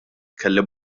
kelli